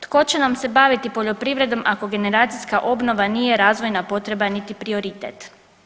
Tko će nam se baviti poljoprivredom ako generacijska obnova nije razvojna potreba niti prioritet?